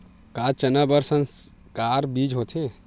का चना बर संकर बीज होथे?